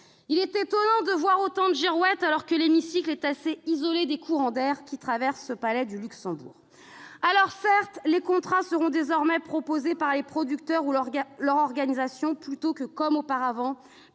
Il est étonnant de voir autant de girouettes, alors que l'hémicycle est assez isolé des courants d'air qui traversent le palais du Luxembourg ! Il faut dire cela à d'autres ! Certes, les contrats seront désormais proposés par les producteurs ou par leurs organisations, plutôt que, comme auparavant,